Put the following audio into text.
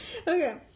Okay